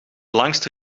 langste